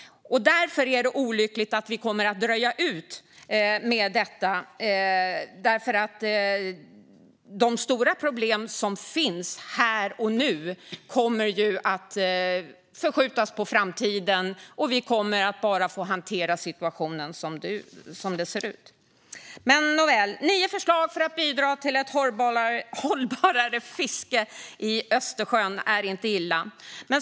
Därför är det olyckligt att vi kommer att dröja med detta. De stora problem som finns här och nu kommer att skjutas på framtiden, och vi kommer att bara få hantera situationen som den ser ut. Men nio förslag för att bidra till ett hållbarare fiske i Östersjön är inte illa.